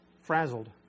frazzled